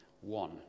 One